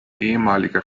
ehemaliger